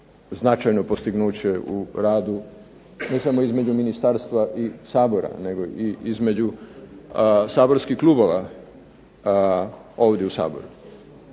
značajno postignuće u radu ne samo između ministarstva i Sabora nego i između saborskih klubova ovdje u Saboru